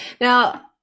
Now